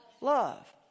love